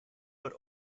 but